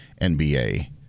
NBA